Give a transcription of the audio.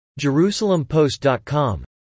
JerusalemPost.com